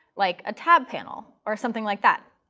like a tab panel or something like that.